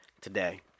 today